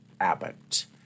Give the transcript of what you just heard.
Abbott